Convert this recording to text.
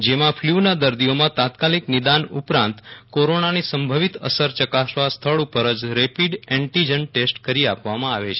જેમાં ફ્લુનાં દર્દીઓમાં તાત્કાલિક નિદાન ઉપરાંત કોરોનાની સંભવિત અસર યકાસવા સ્થળ ઉપર જ રેપીડ એન્ટીજન ટેસ્ટ કરી આપવામાં આવે છે